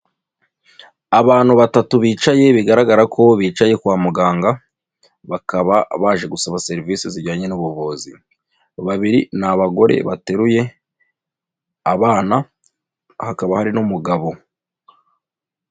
Abantu batatu bicaye, bigaragara ko bicaye kwa muganga, bakaba baje gusaba serivisi zijyanye n'ubuvuzi. Babiri ni abagore bateruye abana, hakaba hari n'umugabo.